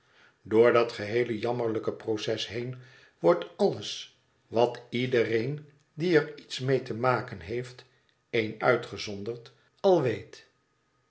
door dat geheele jammerlijke proces heen wordt alles wat iedereen die er iets mee te maken heeft één uitgezonderd al weet